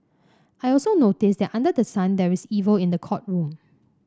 I also noticed that under the sun there is evil in the courtroom